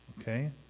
Okay